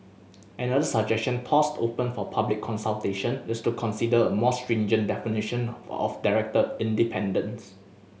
another suggestion tossed open for public consultation is to consider a more stringent definition of director independence